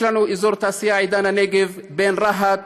יש לנו אזור תעשייה עידן הנגב בין רהט,